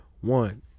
One